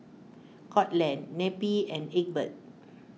Courtland Neppie and Egbert